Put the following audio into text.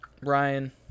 Ryan